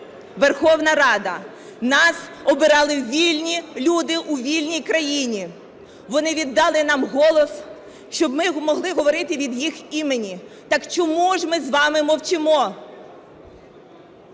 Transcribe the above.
Верховна Рада. Нас обирали вільні люди у вільній країні. Вони віддали нам голос, щоб ми могли говорити від їх імені. Так чому ж ми з вами мовчимо?